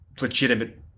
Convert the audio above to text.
legitimate